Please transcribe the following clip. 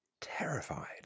terrified